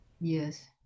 Yes